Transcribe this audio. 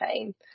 time